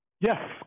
yes